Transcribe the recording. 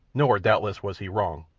nor, doubtless, was he wrong,